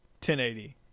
1080